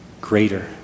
greater